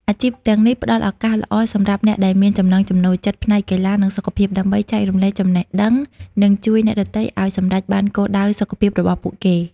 អាជីពទាំងនេះផ្ដល់ឱកាសល្អសម្រាប់អ្នកដែលមានចំណង់ចំណូលចិត្តផ្នែកកីឡា និងសុខភាព ដើម្បីចែករំលែកចំណេះដឹង និងជួយអ្នកដទៃឱ្យសម្រេចបានគោលដៅសុខភាពរបស់ពួកគេ។